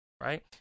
right